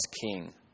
king